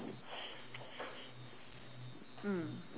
mm